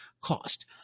cost